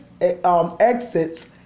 Exits